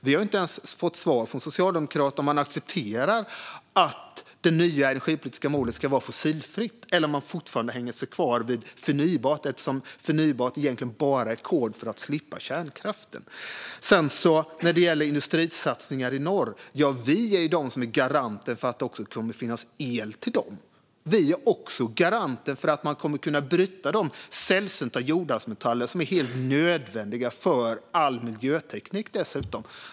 Vi har inte ens fått svar från Socialdemokraterna på om man accepterar att det nya energipolitiska målet ska vara fossilfritt eller om man fortfarande hänger kvar vid förnybart, eftersom förnybart egentligen bara är kod för att slippa kärnkraften. När det gäller industrisatsningar i norr är vi garanten för att det kommer att finnas el till dem. Vi är också garanten för att man kommer att kunna bryta de sällsynta jordartsmetaller som är helt nödvändiga för all miljöteknik.